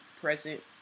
present